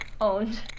owned